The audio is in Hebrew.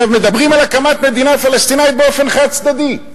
מדברים על הקמת מדינה פלסטינית באופן חד-צדדי.